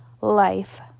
life